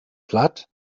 platt